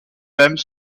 mêmes